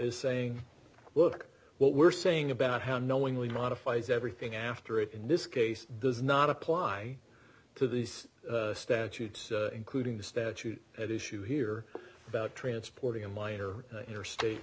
s saying look what we're saying about how knowingly modifies everything after it in this case does not apply to these statutes including the statute at issue here about transporting a minor interstate